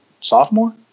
sophomore